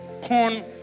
corn